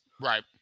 Right